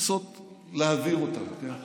לנסות להבהיר אותם, כן?